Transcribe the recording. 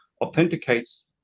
authenticates